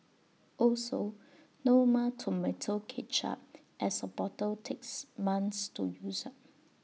also no more Tomato Ketchup as A bottle takes months to use up